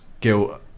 guilt